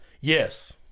Yes